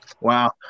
Wow